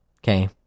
Okay